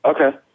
Okay